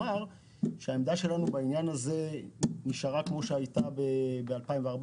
עמדתנו בעניין הזה נשארה כמו שהיתה ב-2014,